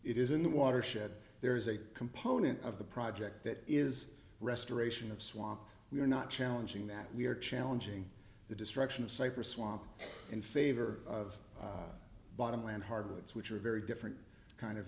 it is in the watershed there is a component of the project that is restoration of swamp we're not challenging that we're challenging the destruction of cypress swamp in favor of bottom land hardwoods which are very different kind of